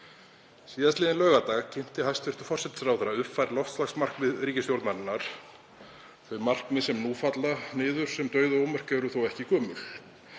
Síðastliðinn laugardag kynnti hæstv. forsætisráðherra uppfærð loftslagsmarkmið ríkisstjórnarinnar. Þau markmið sem nú falla niður dauð og ómerk eru þó ekki gömul.